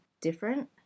different